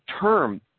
term